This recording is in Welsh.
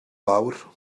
mawr